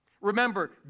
Remember